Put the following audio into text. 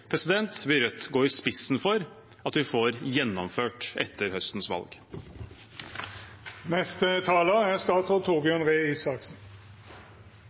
vil Rødt gå i spissen for at vi får gjennomført etter høstens